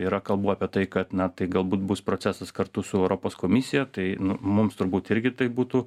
yra kalbų apie tai kad na tai galbūt bus procesus kartu su europos komisija tai mums turbūt irgi taip būtų